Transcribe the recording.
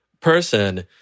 person